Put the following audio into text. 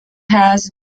has